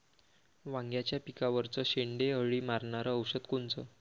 वांग्याच्या पिकावरचं शेंडे अळी मारनारं औषध कोनचं?